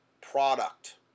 product